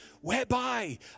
whereby